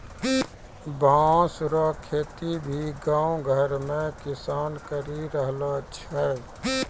बाँस रो खेती भी गाँव घर मे किसान करि रहलो छै